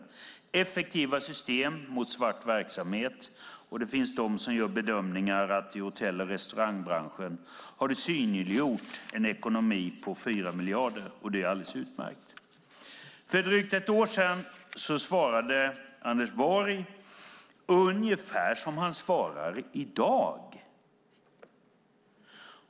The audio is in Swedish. Det är ett effektivt system mot svart verksamhet. Det finns de som gör bedömningen att i hotell och restaurangbranschen har det synliggjort en ekonomi på 4 miljarder. Det är alldeles utmärkt. För drygt ett år sedan svarade Anders Borg ungefär som han svarar i dag.